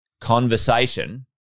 conversation